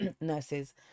nurses